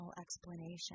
explanation